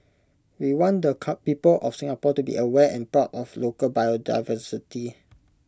we want the cup people of Singapore to be aware and proud of local biodiversity